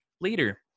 later